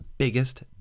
Biggest